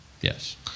Yes